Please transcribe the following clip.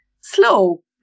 slow